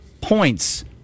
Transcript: points